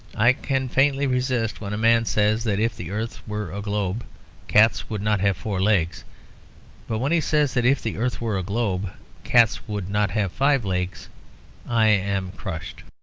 i can faintly resist when a man says that if the earth were a globe cats would not have four legs but when he says that if the earth were a globe cats would not have five legs i am crushed.